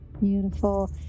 beautiful